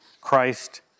Christ